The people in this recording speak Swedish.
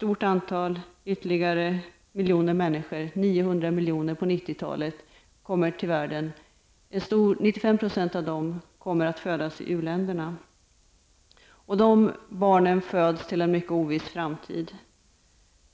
många ytterligare miljoner människor -- 900 miljoner på 90-talet -- kommer till världen, och 95 % av dem kommer att födas i u-länderna. De barnen föds till en mycket oviss framtid.